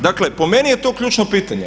Dakle po meni je to ključno pitanje.